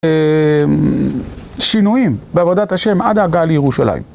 שינויים בעבודת השם עד ההגעה לירושלים.